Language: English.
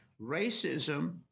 Racism